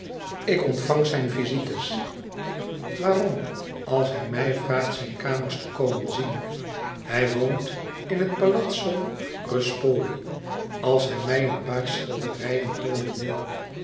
ik ontvang zijn visites waarom als hij mij vraagt zijn kamers te komen zien hij woont in het palazzo ruspoli als hij mij een paar schilderijen toonen wil